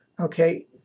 Okay